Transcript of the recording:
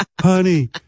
honey